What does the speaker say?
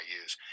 use